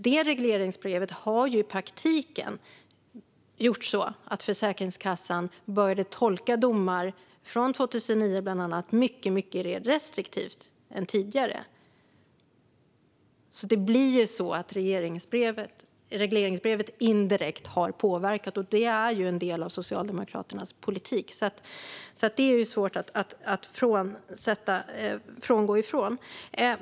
Detta regleringsbrev har i praktiken gjort att Försäkringskassan började tolka domar, bland annat från 2009, mycket mer restriktivt än tidigare. Det har ju blivit så att regleringsbrevet indirekt har påverkat. Detta är ju en del av Socialdemokraternas politik - det är svårt att komma ifrån.